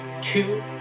two